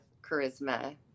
charisma